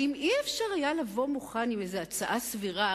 האם לא היה אפשר לבוא מוכן עם איזו הצעה סבירה?